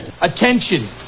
Attention